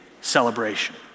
celebration